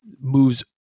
moves